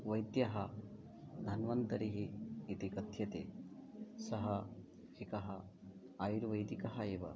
वैद्यः धन्वन्तरिः इति कथ्यते सः एकः आयुर्वैदिकः एव